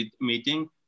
meeting